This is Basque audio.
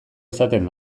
izaten